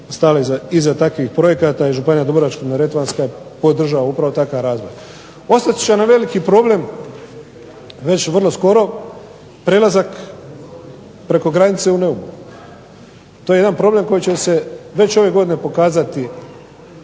stajala iza takvih projekata i županija dubrovačko-neretvanska podržava upravo takav razvoj. Ostat će nam veliki problem već vrlo skoro prelazak preko granice u Neumu. To je jedan problem koji će se već ove godine pokazati